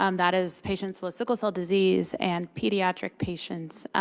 um that is patients with sickle cell disease and pediatric patients.